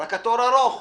רק התור ארוך,